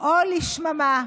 או לשממה".